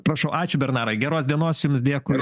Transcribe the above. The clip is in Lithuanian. prašau ačiū bernarai geros dienos jums dėkui